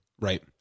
Right